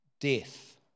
death